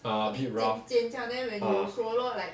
ah a bit rough ah